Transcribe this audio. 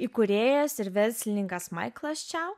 įkūrėjas ir verslininkas maiklas čiau